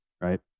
right